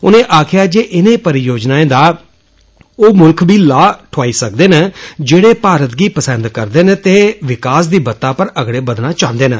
उनें आक्खेआ इनें परियोजनाएं दा ओह् मुल्ख बी लाभ दुआई सकदे न जेड़े भारत गी पसिंद करदे न ते विकास दी बत्ता पर अगड़े बधाना चांहदे न